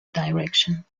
direction